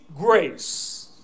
grace